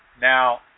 Now